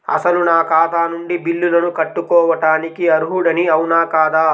అసలు నా ఖాతా నుండి బిల్లులను కట్టుకోవటానికి అర్హుడని అవునా కాదా?